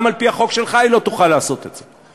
גם על-פי החוק שלך היא לא תוכל לעשות את זה.